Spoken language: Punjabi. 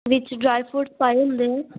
ਵਿਚ ਡਰਾਈ ਫਰੂਟ ਪਾਏ ਹੁੰਦੇ ਆ